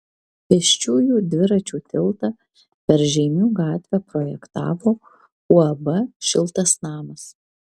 pėsčiųjų dviračių tiltą per žeimių gatvę projektavo uab šiltas namas